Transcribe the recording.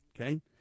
okay